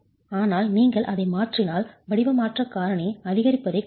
ஆனால் நீங்கள் அதை மாற்றினால் வடிவ மாற்றக் காரணி அதிகரிப்பதைக் காணலாம்